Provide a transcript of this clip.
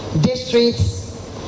districts